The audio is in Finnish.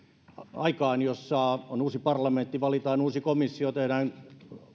aikaan jossa on uusi parlamentti valitaan uusi komissio tehdään